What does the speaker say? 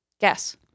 Guess